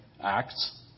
acts